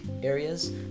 areas